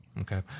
Okay